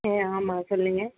ஆ ஆமாம் சொல்லுங்கள்